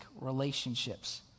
relationships